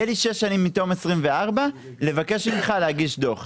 יהיה לי שש שנים מתום 2024 לבקש ממך להגיש דוח.